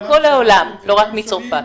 מכל העולם, לא רק מצרפת.